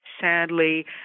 sadly